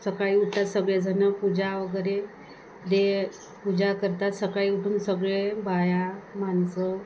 सकाळी उठतात सगळेजणं पूजा वगैरे ते पूजा करतात सकाळी उठून सगळे बाया माणसं